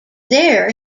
there